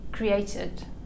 created